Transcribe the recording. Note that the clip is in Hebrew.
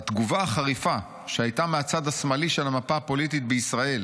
"התגובה החריפה שהייתה מהצד השמאלי של המפה הפוליטית בישראל